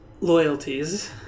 Loyalties